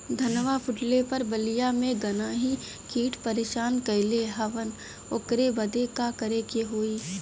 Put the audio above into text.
धनवा फूटले पर बलिया में गान्ही कीट परेशान कइले हवन ओकरे बदे का करे होई?